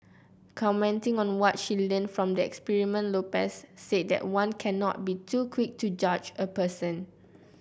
commenting on what she learnt from the experiment Lopez said that one cannot be too quick to judge a person